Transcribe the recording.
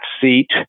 seat